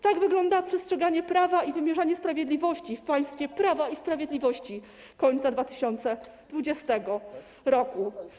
Tak wygląda przestrzeganie prawa i wymierzanie sprawiedliwości w państwie Prawa i Sprawiedliwości końca 2020 r.